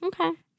Okay